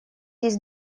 есть